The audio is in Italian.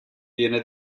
viene